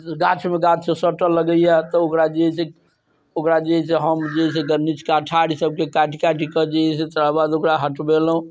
गाछमे गाछ सटऽ लगैये तऽ ओकरा जे है से ओकरा जे है से हम जे है से नीचका ठाड़ि सबके काटि काटिके जे है से तकरा बाद ओकरा हटबेलहुँ